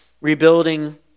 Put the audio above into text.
rebuilding